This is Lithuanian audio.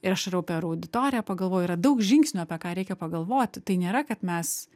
ir aš ir apie auditoriją pagalvoju yra daug žingsnių apie ką reikia pagalvoti tai nėra kad mes